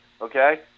okay